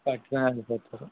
పట్టుకురండి కొంచెం